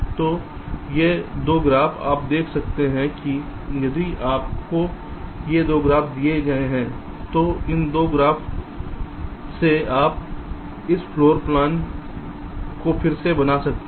तो ये दो ग्राफ़ आप देख सकते हैं कि यदि आपको ये दो ग्राफ़ दिए गए हैं तो इन दो ग्राफ़ से आप इस फ़्लोर प्लान को फिर से बना सकते हैं